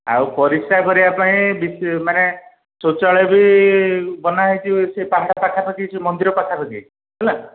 ଆଉ ପରିସ୍ରା କରିବା ପାଇଁ ମାନେ ଶୌଚାଳୟ ବି ବନା ହେଇଛି ସେ ପାହାଡ଼ ପାଖା ପାଖି ସେ ମନ୍ଦିର ପାଖା ପାଖି ହେଲା